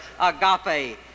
agape